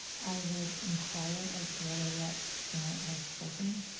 i would inquire as to whether that parent has spoken,